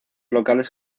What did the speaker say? locales